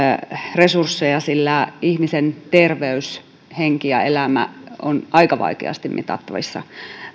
resursseja sillä ihmisen terveys henki ja elämä ovat aika vaikeasti mitattavissa